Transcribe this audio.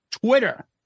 Twitter